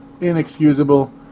Inexcusable